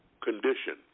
condition